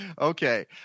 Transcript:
Okay